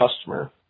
customer